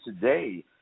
today